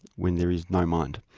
when there is no mind.